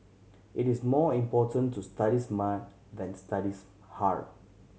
it is more important to study smart than study hard